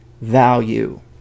value